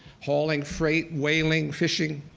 hauling freight, whaling, fishing,